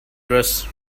dress